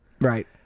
right